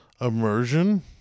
immersion